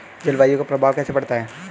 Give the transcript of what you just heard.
जलवायु का प्रभाव कैसे पड़ता है?